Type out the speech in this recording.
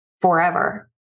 forever